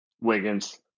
Wiggins